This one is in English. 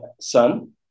son